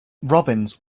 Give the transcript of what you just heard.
robbins